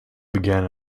began